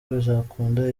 bizakunda